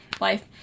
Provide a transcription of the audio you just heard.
life